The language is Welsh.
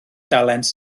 dalent